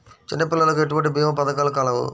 చిన్నపిల్లలకు ఎటువంటి భీమా పథకాలు కలవు?